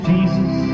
Jesus